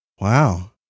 Wow